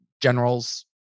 general's